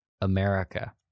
America